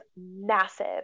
massive